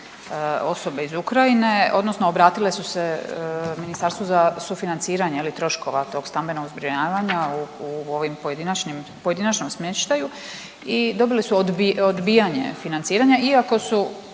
osobe iz Ukrajine odnosno obratile su se ministarstvu za sufinanciranje je li troškova tog stambenog zbrinjavanja u ovim pojedinačnim, pojedinačnom smještaju i dobili su odbijanje financiranja iako su